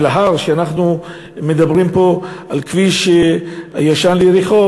ואנחנו מדברים פה על הכביש הישן ליריחו